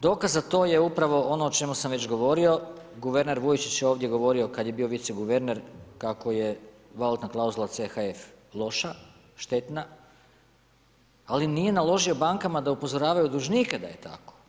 Dokaz za to je upravo ono o čemu sam već govorio, guverner Vujčić je ovdje govorio kad je bio viceguverner kako je valutna klauzula CHF loša, štetna, ali nije naložio bankama da upozoravaju dužnike da je tako.